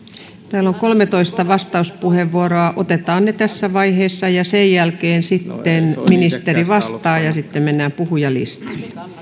täällä on kolmetoista vastauspuheenvuoroa otetaan ne tässä vaiheessa sen jälkeen sitten ministeri vastaa ja sitten mennään puhujalistalle